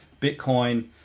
Bitcoin